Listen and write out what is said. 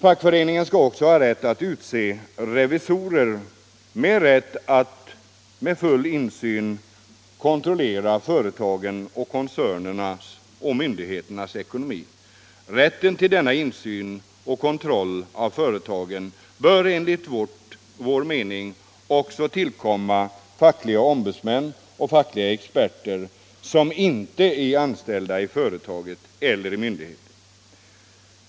Fackföreningarna skall också ha rätt att utse revisorer som skall ha full insyn när det gäller att kontrollera företagens-koncernernas och myndigheternas ekonomi. Rätten till denna insyn i och kontroll av företagen bör enligt vår mening också tillkomma fackliga ombudsmän och fackliga experter som inte är anställda i företaget eller inom myndigheten.